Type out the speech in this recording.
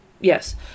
Yes